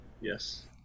Yes